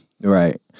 Right